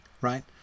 right